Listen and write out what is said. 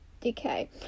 decay